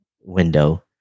window